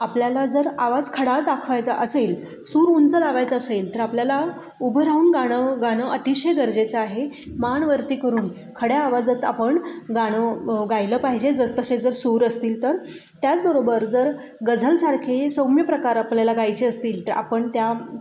आपल्याला जर आवाज खडा दाखवायचा असेल सूर उंच लावायचा असेल तर आपल्याला उभं राहून गाणं गाणं अतिशय गरजेचं आहे मान वरती करून खड्या आवाजात आपण गाणं गायलं पाहिजे जर तसे जर सूर असतील तर त्याचबरोबर जर गझलसारखे सौम्य प्रकार आपल्याला गायचे असतील तर आपण त्या